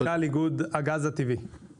מנכ"ל איגוד הגז הטבעי, בבקשה.